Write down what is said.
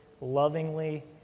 lovingly